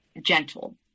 gentle